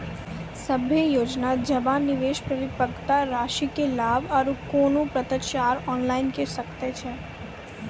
सभे योजना जमा, निवेश, परिपक्वता रासि के लाभ आर कुनू पत्राचार ऑनलाइन के सकैत छी?